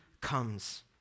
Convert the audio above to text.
comes